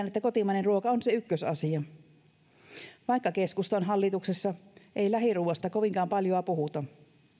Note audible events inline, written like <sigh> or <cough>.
<unintelligible> että kotimainen ruoka on se ykkösasia vaikka keskustan hallituksessa ei lähiruuasta kovinkaan paljoa puhuta